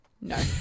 No